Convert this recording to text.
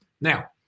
Now